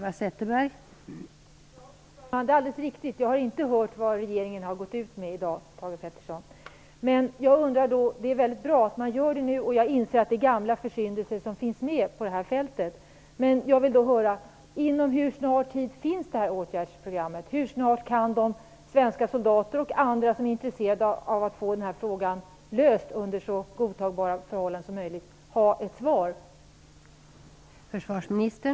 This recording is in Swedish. Fru talman! Det är alldeles riktigt. Jag har inte hört vad regeringen har gått ut med i dag, Thage Peterson. Det är mycket bra att man gör det nu, och jag inser att det är gamla försyndelser som finns med på det här fältet. Men jag undrar: Inom hur snar tid finns det här åtgärdsprogrammet? Hur snart kan svenska soldater och andra som är intresserade av att få den här frågan löst under så godtagbara förhållanden som möjligt ha ett svar?